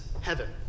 heaven